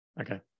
Okay